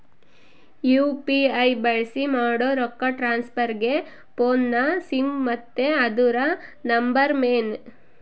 UPI ಬಳ್ಸಿ ಮಾಡೋ ರೊಕ್ಕ ಟ್ರಾನ್ಸ್ಫರ್ಗೆ ಫೋನ್ನ ಸಿಮ್ ಮತ್ತೆ ಅದುರ ನಂಬರ್ ಮೇನ್